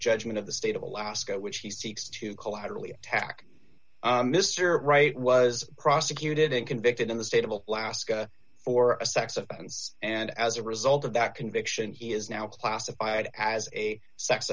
judgment of the state of alaska which he seeks to collaterally attack mr wright was prosecuted and convicted in the stable alaska for a sex offense and as a result of that conviction he is now classified as a sex